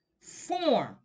form